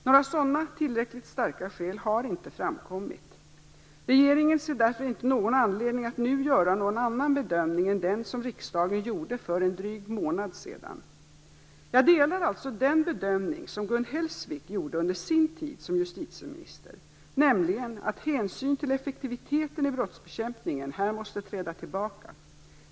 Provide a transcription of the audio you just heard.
Några sådana, tillräckligt starka skäl har inte framkommit. Regeringen ser därför inte någon anledning att nu göra någon annan bedömning än den som riksdagen gjorde för en dryg månad sedan. Jag delar alltså den bedömning som Gun Hellsvik gjorde under sin tid som justitieminister, nämligen att hänsyn till effektiviteten i brottsbekämpningen här måste träda tillbaka.